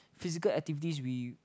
physical activities we